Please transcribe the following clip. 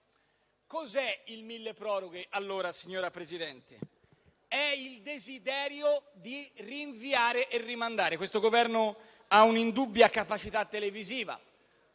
Cos'è il milleproroghe, allora, signor Presidente? È il desiderio di rinviare e rimandare. Questo Governo ha un'indubbia capacità televisiva: